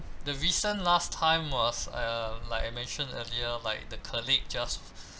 the recent last time was err like I mentioned earlier like the colleague just